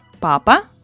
Papa